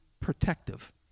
protective